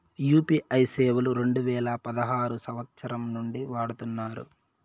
UPI సేవలు రెండు వేల పదహారు సంవచ్చరం నుండి వాడుతున్నారు